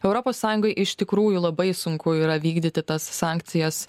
europos sąjungai iš tikrųjų labai sunku yra vykdyti tas sankcijas